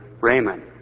Raymond